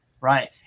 right